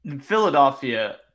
philadelphia